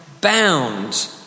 bound